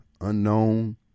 unknown